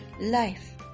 Life